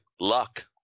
luck